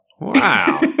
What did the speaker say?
Wow